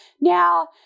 Now